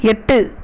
எட்டு